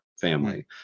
family